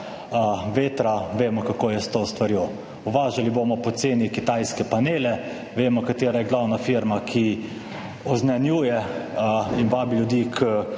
vetra. Vemo, kako je s to stvarjo. Uvažali bomo poceni kitajske panele. Vemo, katera je glavna firma, ki oznanjuje in vabi ljudi k